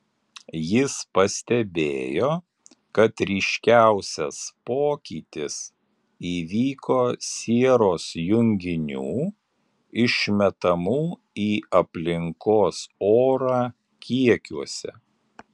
jis pastebėjo kad ryškiausias pokytis įvyko sieros junginių išmetamų į aplinkos orą kiekiuose